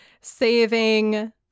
saving